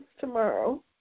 tomorrow